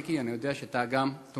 מיקי, אני יודע שגם אתה תומך.